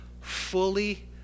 fully